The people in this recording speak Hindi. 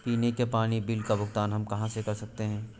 पीने के पानी का बिल का भुगतान हम कहाँ कर सकते हैं?